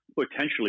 potentially